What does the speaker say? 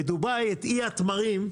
בדובאי את אי התמרים,